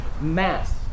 mass